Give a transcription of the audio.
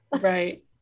Right